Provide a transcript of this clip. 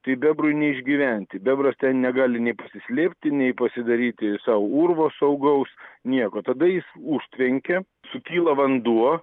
tai bebrui neišgyventi bebras ten negali nei pasislėpti nei pasidaryti sau urvo saugaus nieko tada jis užtvenkia sukyla vanduo